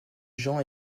jean